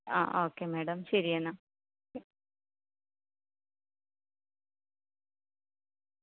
ആ okay madam ശരി എന്നാൽ